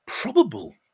probable